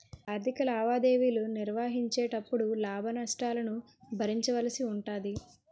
ఆర్ధిక లావాదేవీలు నిర్వహించేటపుడు లాభ నష్టాలను భరించవలసి ఉంటాది